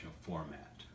format